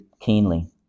keenly